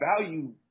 value